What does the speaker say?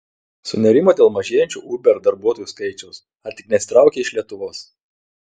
sunerimo dėl mažėjančio uber darbuotojų skaičiaus ar tik nesitraukia iš lietuvos